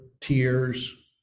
tears